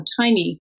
tiny